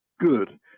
good